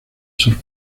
sor